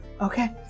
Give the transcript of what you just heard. Okay